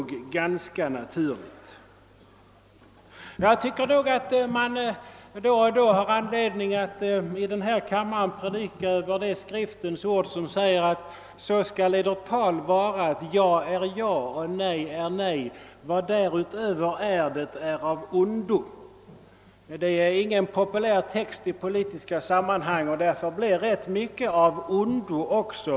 Jag tycker att man då och då har anledning att i denna kammare predika över Skriftens ord: »Sådant skall edert tal vara, att ja är ja, och nej är nej. Vad därutöver är, det är av ondo.» Det är ingen populär text i politiska sammanhang, och därför blir också ganska mycket av ondo i onödan.